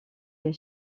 les